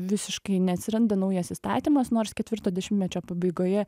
visiškai neatsiranda naujas įstatymas nors ketvirto dešimtmečio pabaigoje